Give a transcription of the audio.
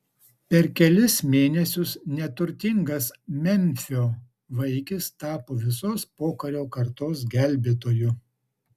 per kelis mėnesius neturtingas memfio vaikis tapo visos pokario kartos gelbėtoju